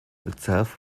itself